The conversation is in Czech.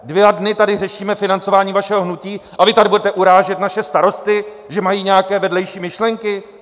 Dva dny tady řešíme financování vašeho hnutí a vy tady budete urážet naše starosty, že mají nějaké vedlejší myšlenky?